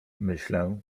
myślę